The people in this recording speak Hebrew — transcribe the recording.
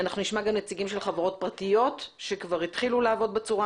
אנחנו נשמע גם נציגים של חברות פרטיות שכבר התחילו לעבוד בצורה